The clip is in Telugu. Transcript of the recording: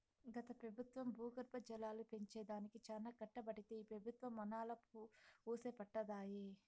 గత పెబుత్వం భూగర్భ జలాలు పెంచే దానికి చానా కట్టబడితే ఈ పెబుత్వం మనాలా వూసే పట్టదాయె